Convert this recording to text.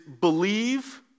believe